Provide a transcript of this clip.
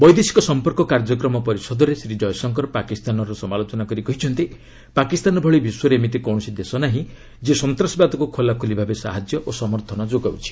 ବୈଦେଶିକ ସମ୍ପର୍କ କାର୍ଯ୍ୟକ୍ରମ ପରିଷଦରେ ଶ୍ରୀ ଜୟଶଙ୍କର ପାକିସ୍ତାନର ସମାଲୋଚନା କରି କହିଛନ୍ତି ପାକିସ୍ତାନ ଭଳି ବିଶ୍ୱରେ ଏମିତି କୌଣସି ଦେଶ ନାହିଁ ଯିଏ ସନ୍ତାସବାଦକୁ ଖୋଲାଖୋଳି ଭାବେ ସାହାଯ୍ୟ ଓ ସମର୍ଥନ ଯୋଗାଉଛି